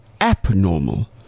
abnormal